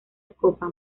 copa